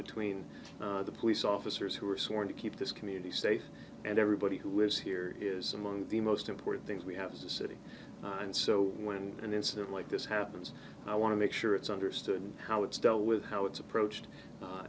between the police officers who are sworn to keep this community safe and everybody who is here is among the most important things we have to city and so when an incident like this happens i want to make sure it's understood how it's dealt with how it's approached